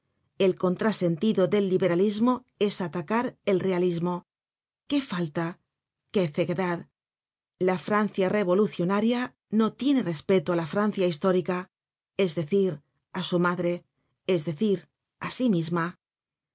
el contrasentido del liberalismo es atacar el realismo qué falta qué cegue dad la francia revolucionaria no tiene respeto á la francia histórica es decir á su madre es decir á sí misma